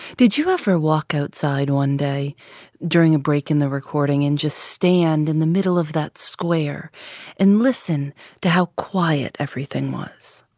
did you ever walk outside one day during a break in the recording and just stand in the middle of that square and listen to how quiet everything was?